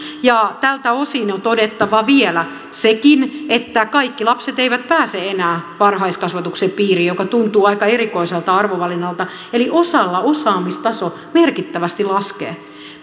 tältä osin on todettava vielä sekin että kaikki lapset eivät pääse enää varhaiskasvatuksen piiriin mikä tuntuu aika erikoiselta arvovalinnalta eli osalla osaamistaso merkittävästi laskee